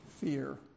fear